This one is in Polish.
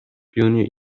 pilnie